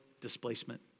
displacement